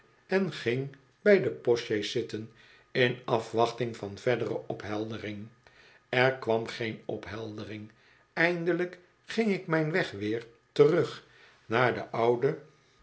en ging bij de postsjees zitten in afwachting van verdere opheldering er kwam geen opheldering eindelijk ging ik mijn weg weer terug naar den ouden